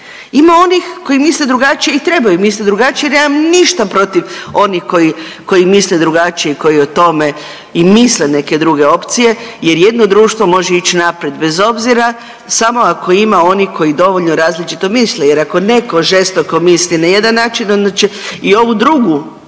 i trebaju misliti drugačije i trebaju misliti drugačije jer ja ništa protiv onih koji misle drugačije i koji o tome i misle neke druge opcije jer jedno društvo može ići naprijed bez obzira, samo ako ima onih koji dovoljno različito misle jer ako netko žestoko misli na jedan način, onda će i ovu drugu